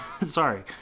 sorry